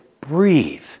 breathe